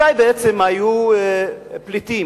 מתי בעצם היו פליטים,